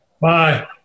Bye